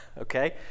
okay